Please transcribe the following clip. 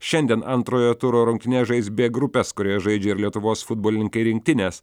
šiandien antrojo turo rungtynes žais b grupės kurioje žaidžia ir lietuvos futbolininkai rinktinės